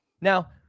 Now